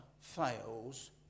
fails